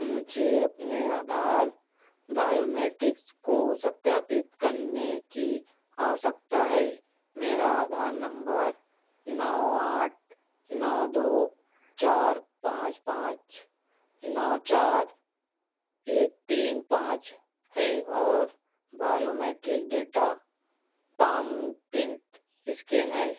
मुझे अपने आधार बायोमेट्रिक्स को सत्यापित करने की आवश्यकता है मेरा आधार नम्बर नौ आठ नौ दो चार पाँच पाँच नौ चार एक तीन पाँच है और biometric data palm print scan है